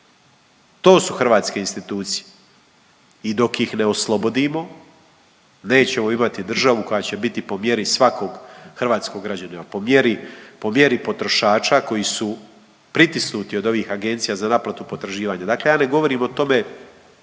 To su hrvatske institucije. I dok ih ne oslobodimo nećemo imati državu koja će biti po mjeri svakog hrvatskog građanina, po mjeri potrošača koji su pritisnuti od ovih agencija za naplatu potraživanja. Dakle, ja ne govorim o tome